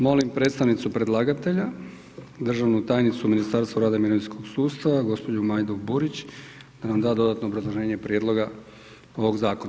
Molim predstavnicu predlagatelja, državnu tajnicu Ministarstva rada i mirovinskog sustava, gospođu Majdu Burić da nam da dodatno obrazloženje prijedloga ovog zakona.